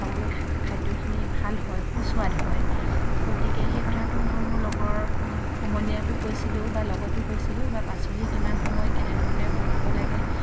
খাবলৈ খা খাদ্যখিনি ভাল হয় সুস্বাদ হয় গতিকে সেই কথাটো মই মোৰ লগৰ সমনীয়াকো কৈছিলোঁ বা লগৰতো কৈছিলোঁ বা পাচলি কিমান সময় কেনেধৰণে বনাব লাগে